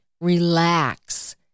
relax